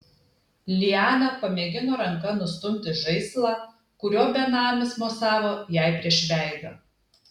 liana pamėgino ranka nustumti žaislą kuriuo benamis mosavo jai prieš veidą